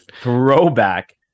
Throwback